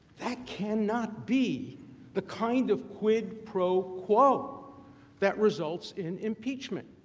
that cannot be the kind of quid pro quo that results in impeachment.